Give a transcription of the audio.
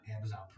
Amazon